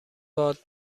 باد